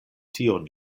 tion